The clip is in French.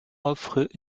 offrent